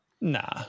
Nah